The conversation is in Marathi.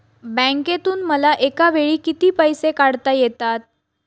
बँकेतून मला एकावेळी किती पैसे काढता येतात?